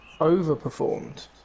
Overperformed